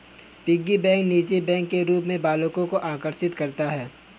piggy bank निजी bank के रूप में बालकों को आकर्षित करता है